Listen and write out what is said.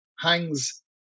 Hangs